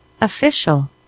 official